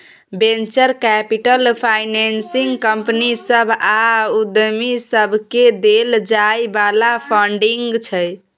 venture capital financing company सभ आ उद्यमी सबकेँ देल जाइ बला फंडिंग छै